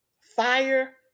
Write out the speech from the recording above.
Fire